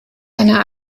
einer